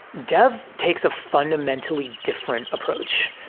dev takes a fundamentally different approach.